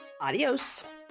Adios